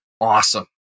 awesome